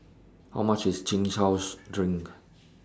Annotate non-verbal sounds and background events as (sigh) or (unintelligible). How much IS Chin Chow (unintelligible) Drink